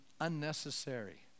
unnecessary